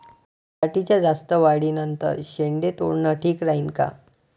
पराटीच्या जास्त वाढी नंतर शेंडे तोडनं ठीक राहीन का?